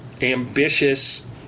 ambitious